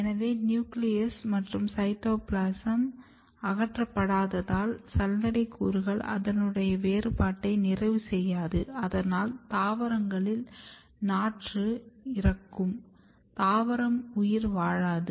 எனவே நியூக்ளியஸ் மற்றும் சைட்டோபிளாஸம் அகற்றப்படாததால் சல்லடை கூறுகள் அதனுடைய வேறுபாட்டை நிறைவு செய்யாது அதனால் தாவரங்களின் நாற்று இறக்கும் தாவரம் உயிர் வாழாது